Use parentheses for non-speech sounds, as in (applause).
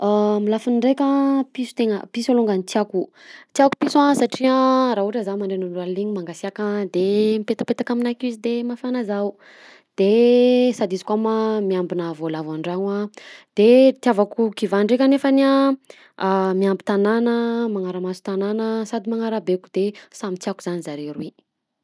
(hesitation) Amin'ny lafiny raika piso tegna, piso longany tena tiàko, tiàko piso a satria raha ohatra zah mangasiaka de mipetapetaka amina akeo izy de mafana zaho de izy ko ma miambina volavo andragno a de itiavako kiva ndreka nefany a miamby tagnana magnaramaso tanana sady magnarabeko de samy tiàko zany zareo roy.